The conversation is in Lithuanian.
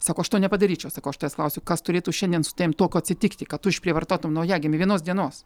sako aš to nepadaryčiau sakau aš tavęs klausiu kas turėtų šiandien su tavim tokio atsitikti kad tu išprievartautum naujagimį vienos dienos